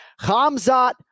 Hamzat